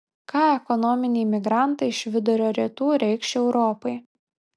ką ekonominiai migrantai iš vidurio rytų reikš europai